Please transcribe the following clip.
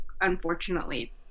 unfortunately